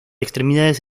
extremidades